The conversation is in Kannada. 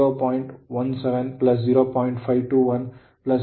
051 ಕಿಲೋವ್ಯಾಟ್ hour